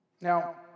Now